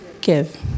give